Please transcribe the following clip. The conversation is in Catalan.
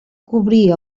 cobrir